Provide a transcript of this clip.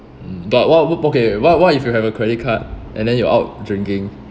mm but what okay what what if you have a credit card and then you're out drinking